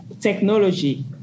technology